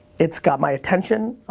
it's got my attention,